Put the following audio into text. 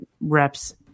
reps